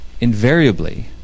invariably